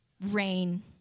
rain